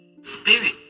spirit